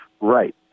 Right